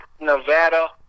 Nevada